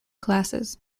classes